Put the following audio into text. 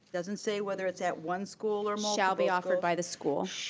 doesn't say whether it's at one school or more shall be offered by the school.